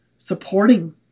supporting